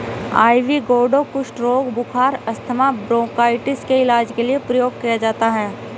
ivy gourd कुष्ठ रोग, बुखार, अस्थमा, ब्रोंकाइटिस के इलाज के लिए प्रयोग किया जाता है